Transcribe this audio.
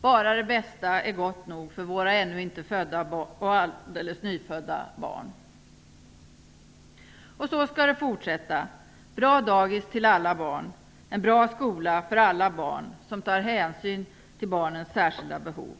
Bara det bästa är gott nog för våra ännu inte födda och alldeles nyfödda barn. Och så skall det fortsätta; bra dagis till alla barn och en bra skola för alla barn som tar hänsyn till barnens särskilda behov.